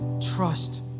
trust